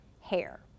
Hair